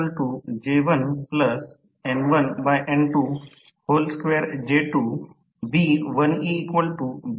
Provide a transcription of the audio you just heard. मी सुचवितो की कॉलेज मध्ये ओपन मशीन आहे नंतर सहज समजून घ्या